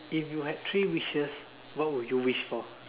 if you had three wishes what would you wish for